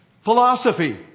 Philosophy